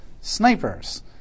snipers